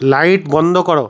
light বন্ধ করো